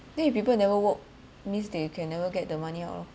then if people never work means that you can never get the money out lor